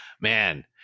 man